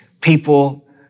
People